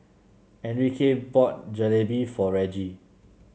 Enrique bought Jalebi for Reggie